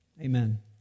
Amen